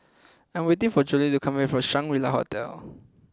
I am waiting for Jolie to come back from Shangri La Hotel